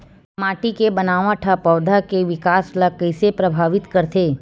माटी के बनावट हा पौधा के विकास ला कइसे प्रभावित करथे?